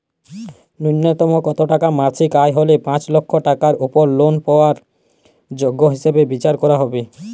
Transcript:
ন্যুনতম কত টাকা মাসিক আয় হলে পাঁচ লক্ষ টাকার উপর লোন পাওয়ার যোগ্য হিসেবে বিচার করা হবে?